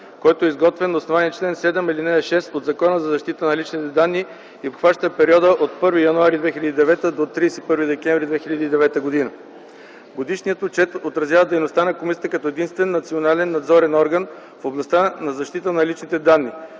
който е изготвен на основание чл. 7, ал. 6 от Закона за защита на личните данни и обхваща периода от 1 януари 2009 г. до 31 декември 2009 г. Годишният отчет отразява дейността на комисията като единствен национален надзорен орган в областта за защита на личните данни.